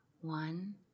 One